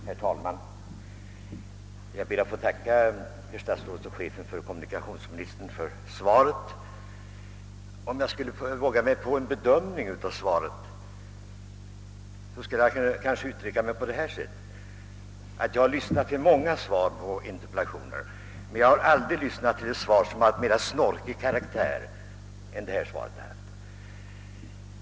Herr talman! Jag ber att få tacka statsrådet och chefen för kommunikationsdepartementet för svaret. Om jag skulle våga mig på en bedömning av svaret skulle jag kanske uttrycka mig så här: Jag har lyssnat till många interpellationssvar, men jag har aldrig lyssnat till ett svar som haft mer snorkig karaktär än detta.